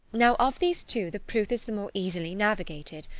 now of these two, the pruth is the more easily navigated,